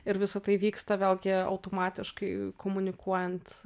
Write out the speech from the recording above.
ir visa tai vyksta vėlgi automatiškai komunikuojant